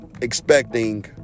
expecting